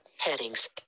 Headings